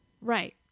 Right